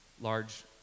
large